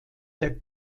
der